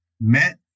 Met